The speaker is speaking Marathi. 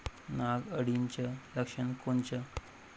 नाग अळीचं लक्षण कोनचं?